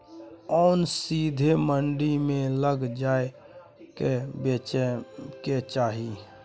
ओन सीधे मंडी मे लए जाए कय बेचे के चाही